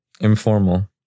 Informal